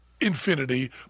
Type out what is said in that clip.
infinity